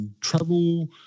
travel